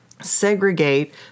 segregate